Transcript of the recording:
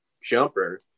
jumper